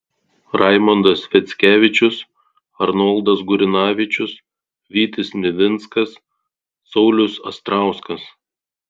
raimondas sviackevičius arnoldas gurinavičius vytis nivinskas saulius astrauskas